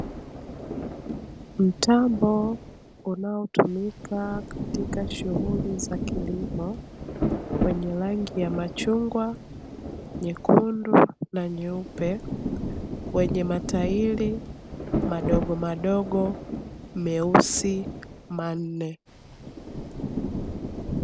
Mtambo unaotumika katika shughuli za kilimo, wenye rangi ya machungwa, nyekundu na nyeupe. Wenye matairi madogomadogo meusi manne.